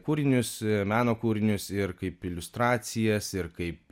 kūrinius meno kūrinius ir kaip iliustracijas ir kaip